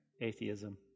atheism